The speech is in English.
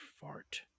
Fart